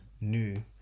New